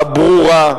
הברורה,